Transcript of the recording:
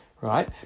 right